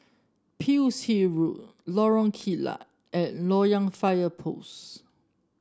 Pearl's Hill Road Lorong Kilat and Loyang Fire Post